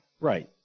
Right